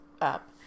up